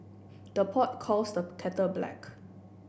the pot calls the kettle black